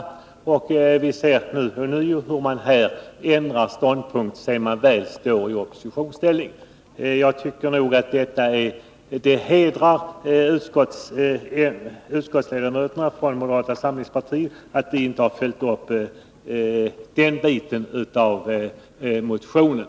Vi ser nu ånyo hur man ändrar ståndpunkt sedan man väl hamnat i oppositionsställning. Det hedrar utskottsledamöterna från moderata samlingspartiet att de inte har följt upp den biten av motionen.